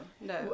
no